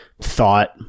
thought